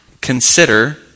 consider